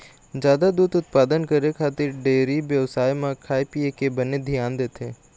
जादा दूद उत्पादन करे खातिर डेयरी बेवसाय म खाए पिए के बने धियान देथे